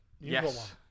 yes